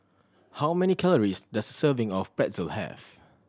how many calories does serving of Pretzel have